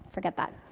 forget that.